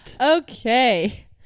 Okay